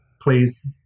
please